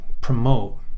promote